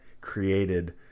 created